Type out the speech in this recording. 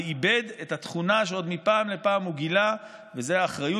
ואיבד את התכונה שמפעם לפעם הוא עוד גילה: האחריות